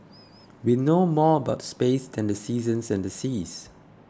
we know more about space than the seasons and seas